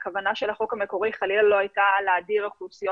הכוונה של החוק המקורי חלילה לא הייתה להדיר אוכלוסיות